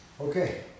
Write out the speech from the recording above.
Okay